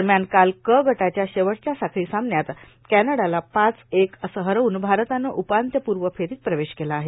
दरम्यान काल क गटाच्या शेवटच्या साखळी सामन्यात कॅनडाला पाच एक असं हरवून भारतानं उपांत्यपूव फेरांत प्रवेश केला आहे